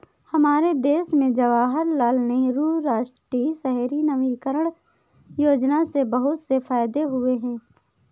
हमारे देश में जवाहरलाल नेहरू राष्ट्रीय शहरी नवीकरण योजना से बहुत से फायदे हुए हैं